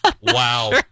wow